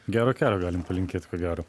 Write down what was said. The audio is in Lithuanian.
gero kelio galim palinkėti ko gero